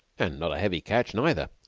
and not a heavy catch neither,